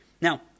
Now